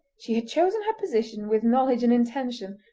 she had chosen her position with knowledge and intention,